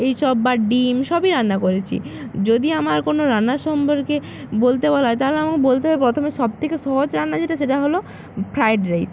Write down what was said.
এই সবার ডিম সবই রান্না করেছি যদি আমার কোনো রান্নার সম্পর্কে বলতে বলা হয় তাহলে আমাকে বলতে প্রথমে সব থেকে সহজ রান্না যেটা সেটা হলো ফ্রায়েড রাইস